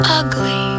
ugly